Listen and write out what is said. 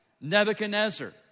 Nebuchadnezzar